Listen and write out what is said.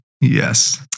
Yes